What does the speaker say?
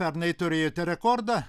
pernai turėjote rekordą